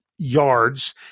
yards